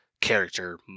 character